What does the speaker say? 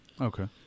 Okay